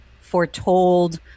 foretold